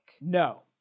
No